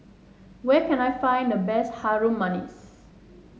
where can I find the best Harum Manis